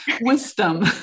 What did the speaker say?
wisdom